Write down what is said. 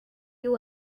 you